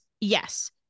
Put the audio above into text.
Yes